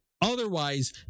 otherwise